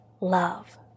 love